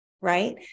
right